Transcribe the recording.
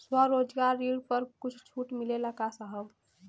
स्वरोजगार ऋण पर कुछ छूट मिलेला का साहब?